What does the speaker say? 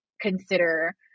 consider